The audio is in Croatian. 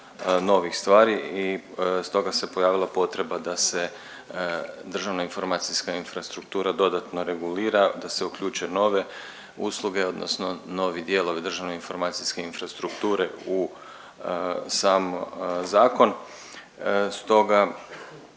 novih stvari i stoga se pojavila potreba da se državna informacijska infrastruktura dodatno regulira, da se uključe nove usluge odnosno novi dijelovi državne informacijske infrastrukture u sam zakon.